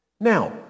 Now